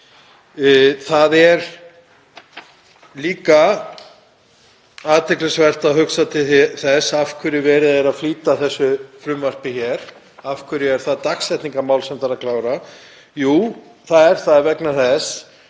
Það er líka athyglisvert að hugsa til þess af hverju verið er að flýta þessu frumvarpi hér. Af hverju er það dagsetningarmál sem þarf að klára? Jú, það er vegna þess